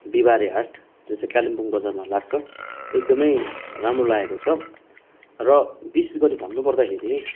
बिहबारे हाट जो चाहिँ कालिम्पोङ बजारमा लाग्छ एकदमै राम्रो लागेको छ र विशेष गरी भन्नु पर्दाखेरि